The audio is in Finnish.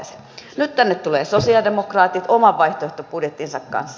nyt tänne tulevat sosialidemokraatit oman vaihtoehtobudjettinsa kanssa